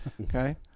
okay